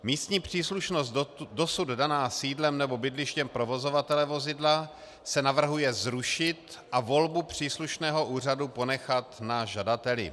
Místní příslušnost dosud daná sídlem nebo bydlištěm provozovatele vozidla se navrhuje zrušit a volbu příslušného úřadu ponechat na žadateli.